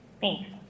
Thanks